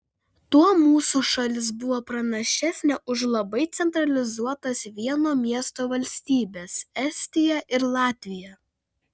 tuo mūsų šalis buvo pranašesnė už labai centralizuotas vieno miesto valstybes estiją ir latviją